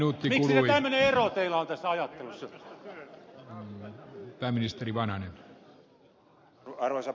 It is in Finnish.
miksi tämmöinen ero teillä on tässä ajattelussa